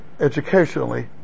educationally